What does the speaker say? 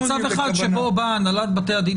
למעט מצב אחד שבו אומרת הנהלת בתי הדין: